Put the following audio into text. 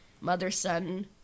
mother-son